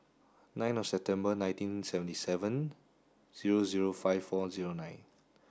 nine of September nineteen seventy seven zero zero five four zero nine